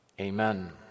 Amen